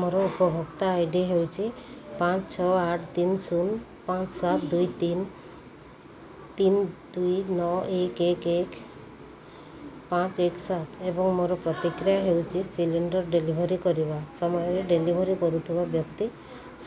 ମୋର ଉପଭୋକ୍ତା I D ହେଉଛି ପାଞ୍ଚ ଛଅ ଆଠ ତିନି ଶୂନ ପାଞ୍ଚ ସାତ ତିନି ଦୁଇ ନଅ ଏକ ଏକ ଏକ ପାଞ୍ଚ ଏକ ସାତ ଏବଂ ମୋର ପ୍ରତିକ୍ରିୟା ହେଉଛି ସିଲିଣ୍ଡର୍ ଡେଲିଭରି କରିବା ସମୟରେ ଡେଲିଭରି କରୁଥିବା ବ୍ୟକ୍ତି